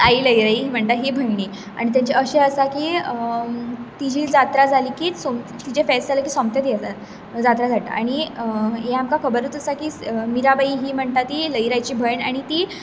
आई लइराई म्हणटा ही भयणी आनी तांचें अशें आसा की तिची जात्रा जाली की तिचें फेस्त जाली की सोंपता ती जात्रा जाता आनी हें आमकां खबरूच आसा मिरा बाइ ही म्हणटात ती लइराईची भयण आनी ती